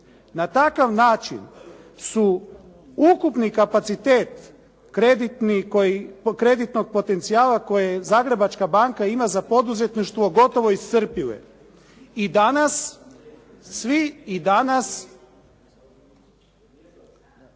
Na takav način su ukupni kapacitet kreditnog potencijala koje Zagrebačka banka ima za poduzetništvo gotovo iscrpile i danas svi, i danas.